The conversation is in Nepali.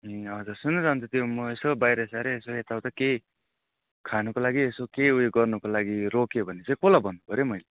ए हजुर सुन्नुहोस् न अन्त त्यो म यसो बाहिर साइर यसो यताउता केही खानुको लागि यसो केही उयो गर्नुको लागि रोक्यो भने चाहिँ कसलाई भन्नुपर्यो मैले